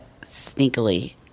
sneakily